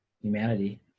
humanity